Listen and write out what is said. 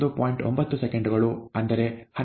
9 ಸೆಕೆಂಡುಗಳು ಅಂದರೆ 12